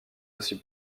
aussi